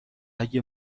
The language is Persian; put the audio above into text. اگه